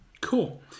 Cool